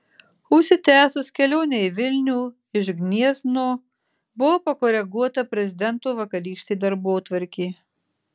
užsitęsus kelionei į vilnių iš gniezno buvo pakoreguota prezidento vakarykštė darbotvarkė